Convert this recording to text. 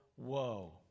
Woe